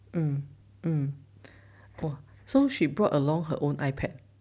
mm mm !wah! so she brought along her own ipad